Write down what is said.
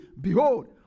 Behold